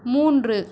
மூன்று